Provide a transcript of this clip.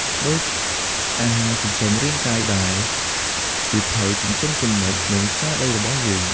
ដូចអាហារចិញ្ចឹមរាងកាយដែេ សៀវភៅចិញ្ចឹមគំនិត និងស្មារតីរបស់យើង។